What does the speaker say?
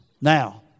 Now